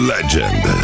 Legend